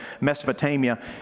Mesopotamia